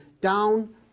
down